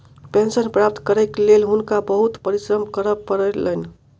pension प्राप्त करैक लेल हुनका बहुत परिश्रम करय पड़लैन